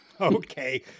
Okay